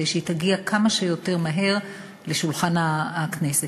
כדי שהיא תגיע כמה שיותר מהר לשולחן הכנסת.